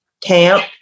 camp